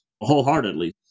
wholeheartedly